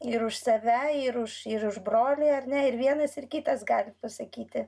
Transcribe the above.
ir už save ir už ir už brolį ar ne ir vienas ir kitas gali pasakyti